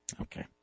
Okay